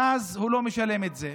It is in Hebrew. והוא לא משלם את זה,